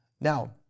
Now